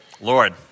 Lord